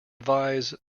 advise